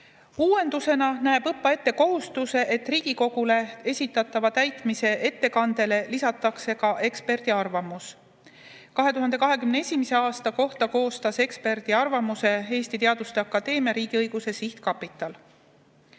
Uuendusena näeb ÕPPA ette kohustuse, et Riigikogule esitatavale täitmise ettekandele lisatakse eksperdiarvamus. 2021. aasta kohta koostas eksperdiarvamuse Eesti Teaduste Akadeemia riigiõiguse sihtkapital. ÕPPA